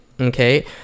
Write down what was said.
okay